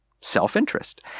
self-interest